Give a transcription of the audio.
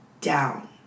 down